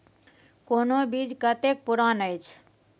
कोनो बीज कतेक पुरान अछि?